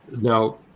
Now